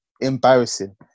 Embarrassing